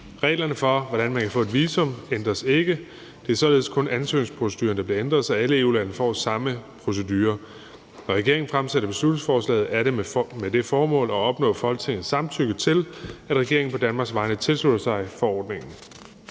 Reglerne for, hvordan man kan få et visum, ændres ikke. Det er således kun ansøgningsproceduren, der bliver ændret, så alle EU-lande får samme procedure. Når regeringen fremsætter beslutningsforslaget, er det med det formål at opnå Folketingets samtykke til, at regeringen på Danmarks vegne tilslutter sig forordningen.